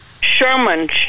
Sherman